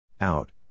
Out